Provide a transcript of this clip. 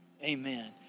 Amen